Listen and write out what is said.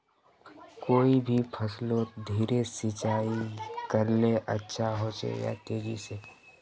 कोई भी फसलोत धीरे सिंचाई करले अच्छा होचे या तेजी से?